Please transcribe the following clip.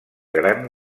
gran